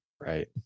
Right